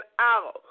out